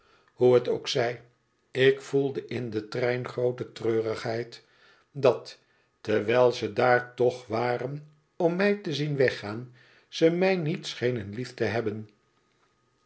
hoe het ook zij ik voelde in den trein groote treurigheid dat terwijl ze daar toch waren om mij te zien weggaan ze mij niet schenen lief te hebben